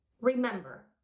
Remember